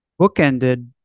bookended